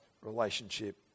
relationship